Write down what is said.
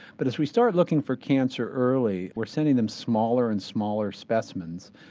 but as we start looking for cancer early we're sending them smaller and smaller specimens,